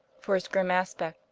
for his grim aspect,